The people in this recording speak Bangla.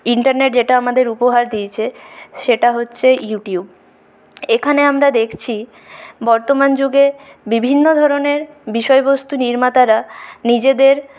ইন্টারনেট যেটা আমাদের উপহার দিয়েছে সেটা হচ্ছে ইউটিউব এখানে আমরা দেখছি বর্তমান যুগে বিভিন্ন ধরণের বিষয়বস্তু নির্মাতারা নিজেদের